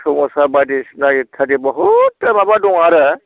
मोसौ मोसा बायदिसिना एक्टानि बहुद माबा दं आरो